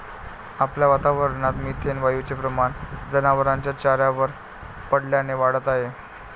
आपल्या वातावरणात मिथेन वायूचे प्रमाण जनावरांच्या चाऱ्यावर पडल्याने वाढत आहे